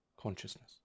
consciousness